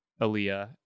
Aaliyah